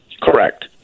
Correct